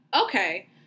okay